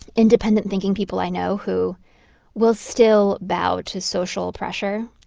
independent-thinking people i know who will still bow to social pressure.